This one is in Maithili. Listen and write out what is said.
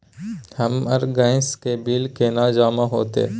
हमर गैस के बिल केना जमा होते?